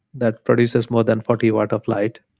that produces more than forty watt of light,